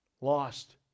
lost